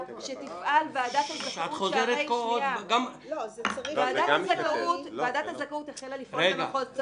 שתפעל ועדת הזכאות --- ועדת הזכאות החלה לפעול במחוז צפון.